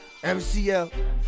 MCL